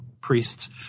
priests